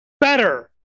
better